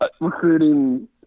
Recruiting